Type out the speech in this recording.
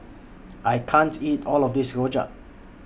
I can't eat All of This Rojak